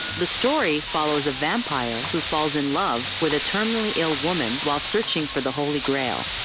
the story follows a vampire who falls in love with a terminally ill woman while searching for the holy grail.